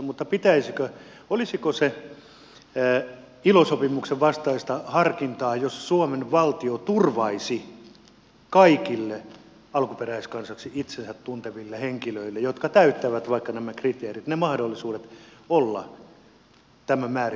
mutta olisiko se ilo sopimuksen vastaista harkintaa jos suomen valtio turvaisi kaikille alkuperäiskansaan kuuluvaksi itsensä tunteville henkilöille jotka täyttävät vaikka nämä kriteerit sen mahdollisuuden olla tämän määritelmän piirissä